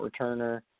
returner